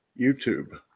YouTube